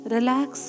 Relax